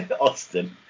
Austin